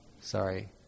sorry